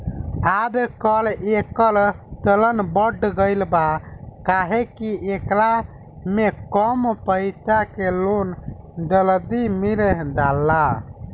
आजकल, एकर चलन बढ़ गईल बा काहे कि एकरा में कम पईसा के लोन जल्दी मिल जाला